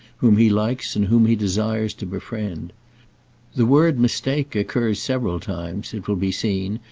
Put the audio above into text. whom he likes and whom he desires to befriend the word mistake occurs several times, it will be seen,